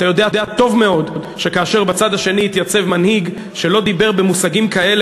אתה יודע טוב מאוד שכאשר בצד השני התייצב מנהיג שלא דיבר במושגים כאלה,